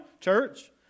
church